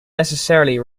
necessarily